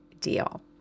deal